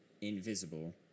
invisible